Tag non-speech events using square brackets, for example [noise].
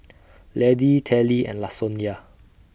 [noise] Laddie Telly and Lasonya